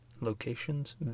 Locations